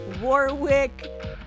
Warwick